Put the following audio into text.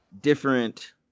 different